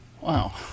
Wow